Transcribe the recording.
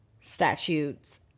statutes